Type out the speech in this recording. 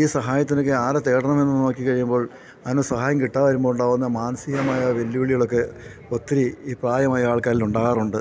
ഈ സഹായത്തിനൊക്കെ ആരെ തേടണമെന്നു നോക്കിക്കഴിയുമ്പോൾ അതിനു സഹായം കിട്ടാതെ വരുമ്പോഴുണ്ടാകുന്ന മാനസികമായ വെല്ലുവിളികളൊക്കെ ഒത്തിരി ഈ പ്രായമായ ആൾക്കാരിൽ ഉണ്ടാകാറുണ്ട്